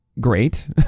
great